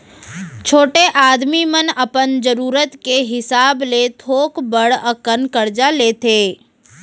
छोटे आदमी मन अपन जरूरत के हिसाब ले थोक बड़ अकन करजा लेथें